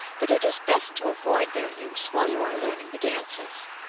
but it is best to avoid their use while you are learning the dances.